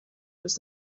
was